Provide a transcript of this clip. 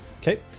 Okay